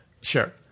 Sure